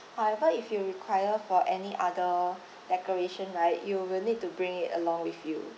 however if you require for any other decoration right you will need to bring it along with you